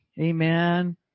Amen